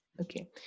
Okay